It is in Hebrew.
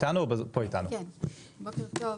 בוקר טוב.